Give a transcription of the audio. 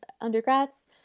undergrads